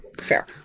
fair